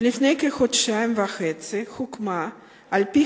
לפני כחודשיים וחצי הוקמה על-פי